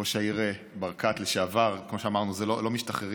ראש העיר לשעבר ברקת,